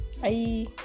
bye